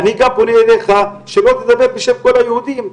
אני גם פונה אליך שלא תדבר בשם כל היהודים.